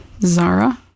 Zara